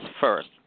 first